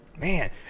Man